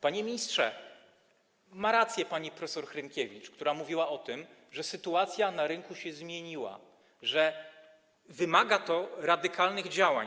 Panie ministrze, ma rację pani prof. Hrynkiewicz, która mówiła o tym, że sytuacja na rynku się zmieniła, że wymaga to radykalnych działań.